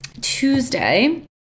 Tuesday